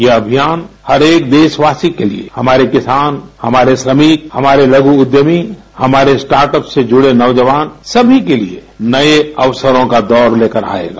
यह अभियान हर एक देशवासी के लिए हमारे किसान हमारे श्रमिक हमारे लघु उद्यमी हमारे स्टार्ट अप्स से जुड़े नौजवान समी के लिए नए अवसरों का दौर लेकर आएगा